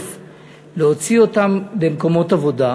אנשים למקומות העבודה,